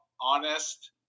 honest